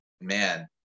man